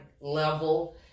level